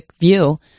view